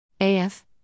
AF